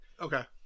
okay